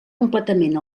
completament